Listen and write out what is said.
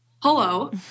hello